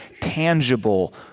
tangible